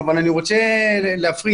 אבל אני רוצה להפריד.